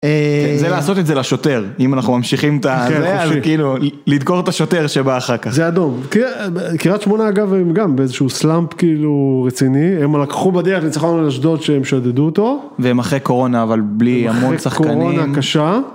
אהה.. זה לעשות את זה לשוטר אם אנחנו ממשיכים ת׳.. כאילו לדקור את השוטר שבא אחר כך. זה אדום קרית שמונה אגב הם גם באיזה שהוא סלאמפ כאילו רציני הם אה.. לקחו בדרך נצחון על אשדוד שהם שדדו אותו. והם אחרי קורונה אבל בלי המון שחקנים. אחרי קורונה קשה